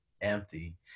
empty